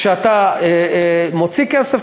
כשאתה מוציא כסף,